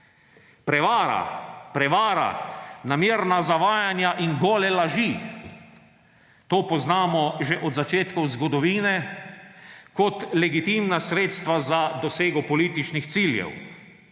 Prevara, prevara, namerna zavajanja in gole laži – to poznamo že od začetkov zgodovine kot legitimna sredstva za dosego političnih ciljev.